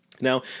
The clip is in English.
Now